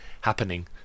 happening